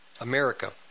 America